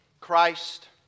Christ